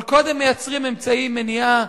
אבל קודם מייצרים אמצעי מניעה,